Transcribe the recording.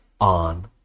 on